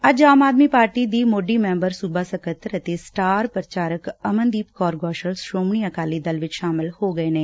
ਅੱਜ ਆਮ ਆਦਮੀ ਪਾਰਟੀ ਦੀ ਸੋਢੀ ਮੈਂਬਰ ਸੂਬਾ ਸਕੱਤਰ ਅਤੇ ਸਟਾਰ ਪ੍ਰਚਾਰਕ ਅਮਨਦੀਪ ਕੌਰ ਗੋਸਲ ਸ੍ਰੋਮਣੀ ਅਕਾਲੀ ਦਲ ਵਿਚ ਸ਼ਾਮਲ ਹੋ ਗਏ ਨੇ